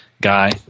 guy